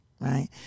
right